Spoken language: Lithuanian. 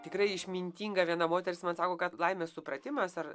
tikrai išmintinga viena moteris man sako kad laimės supratimas ar